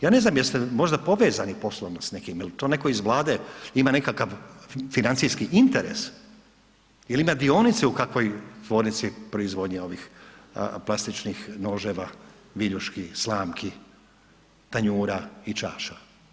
Ja ne znam jeste možda povezani poslovno s nekim, jel to neko iz Vlade ima nekakav financijski interes ili ima dionice u kakvoj tvornici proizvodnje ovih plastičnih noževa, viljuški, slamki, tanjura i čaša?